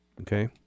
Okay